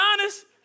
honest